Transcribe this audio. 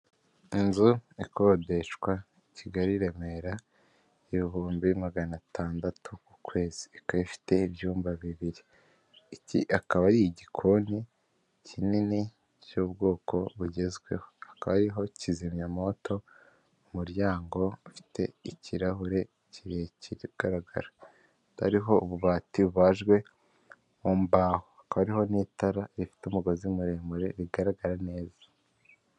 Inzu ikodeshwa Kigali i Remera y’ibihumbi magana atandatu ku kwezi ifite ibyumba bibiri, iki akaba ar’igikoni kinini cy'ubwoko bugezweho, hakaba hariho kizimya moto, umuryango ufite ikirahure kirekire nk’uko bigaragara, hariho rero ububati bubajwe mu mbaho n'itara rifite umugozi muremure rigaragara neza.